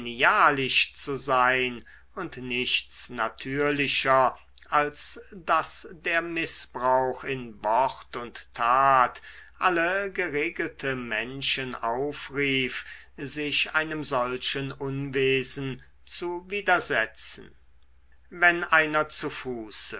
genialisch zu sein und nichts natürlicher als daß der mißbrauch in wort und tat alle geregelte menschen aufrief sich einem solchen unwesen zu widersetzen wenn einer zu fuße